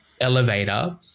elevator